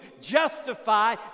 justify